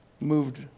moved